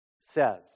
says